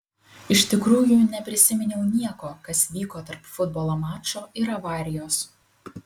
iš tikrųjų neprisiminiau nieko kas vyko tarp futbolo mačo ir avarijos